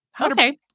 Okay